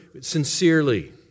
sincerely